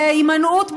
בהימנעות ממלחמות,